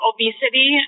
Obesity